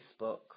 facebook